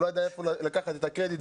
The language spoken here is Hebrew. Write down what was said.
הוא לא ידע היכן לקחת את הקרדיט,